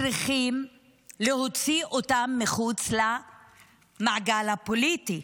צריכים להוציא אותם מחוץ למעגל הפוליטי.